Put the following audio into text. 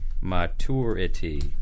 Maturity